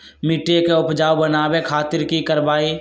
मिट्टी के उपजाऊ बनावे खातिर की करवाई?